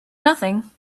nothing